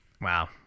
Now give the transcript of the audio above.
Wow